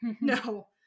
no